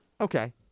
Okay